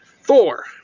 Four